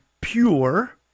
pure